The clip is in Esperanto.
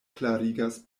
klarigas